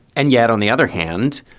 and yet, on the other hand,